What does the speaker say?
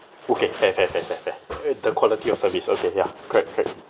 okay fair fair fair fair fair the quality of service okay ya correct correct